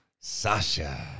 Sasha